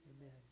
Amen